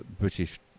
British